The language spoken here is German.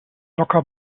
locker